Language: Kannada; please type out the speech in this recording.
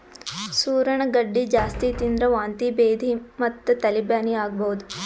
ಸೂರಣ ಗಡ್ಡಿ ಜಾಸ್ತಿ ತಿಂದ್ರ್ ವಾಂತಿ ಭೇದಿ ಮತ್ತ್ ತಲಿ ಬ್ಯಾನಿ ಆಗಬಹುದ್